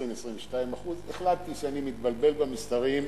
20% 22%. החלטתי שאני מתבלבל במספרים,